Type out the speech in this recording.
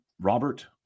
Robert